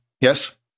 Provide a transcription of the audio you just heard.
yes